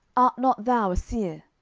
art not thou a seer?